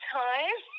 time